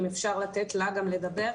אם אפשר לתת להם גם לדבר,